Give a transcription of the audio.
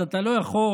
אז אתה לא יכול,